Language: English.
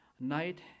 night